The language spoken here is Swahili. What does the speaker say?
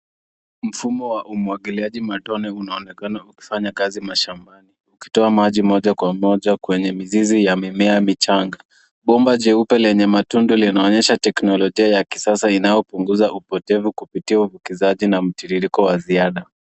Mfumo wa umwagiliaji matone unaonekana ukifanya kazi mashambani, ukitoa maji moja kwa moja kwenye mizizi ya mimea michanga. Bomba jeupe lenye matundu linaonyesha teknolojia ya kisasa inayopunguza upotevu kupitia uvukizaji na mtiririko wa ziada.